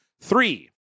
three